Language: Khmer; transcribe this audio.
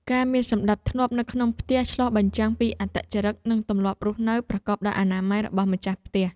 ការមានសណ្តាប់ធ្នាប់នៅក្នុងផ្ទះឆ្លុះបញ្ចាំងពីអត្តចរិតនិងទម្លាប់រស់នៅប្រកបដោយអនាម័យរបស់ម្ចាស់ផ្ទះ។